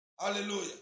Hallelujah